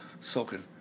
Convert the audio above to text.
soaking